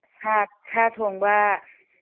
ꯁꯥ ꯁꯥ ꯊꯣꯡꯕꯥ